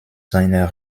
seiner